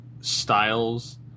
styles